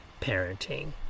parenting